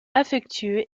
affectueux